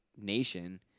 nation